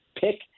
pick